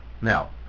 Now